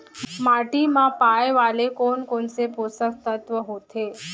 माटी मा पाए वाले कोन कोन से पोसक तत्व होथे?